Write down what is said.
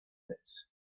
pits